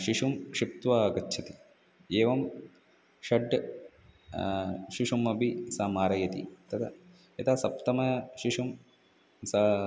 शिशुं क्षिप्त्वा गच्छति एवं षड् शिशुमपि सा मारयति तदा यदा सप्तमं शिशुं सा